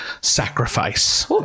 sacrifice